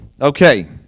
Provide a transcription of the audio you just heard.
Okay